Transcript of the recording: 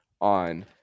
on